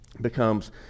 becomes